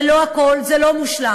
זה לא הכול, זה לא מושלם,